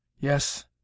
Yes